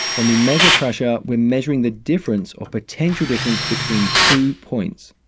when we measure pressure, we're measuring the difference or potential difference between two points.